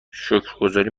شکرگزاری